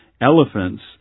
elephants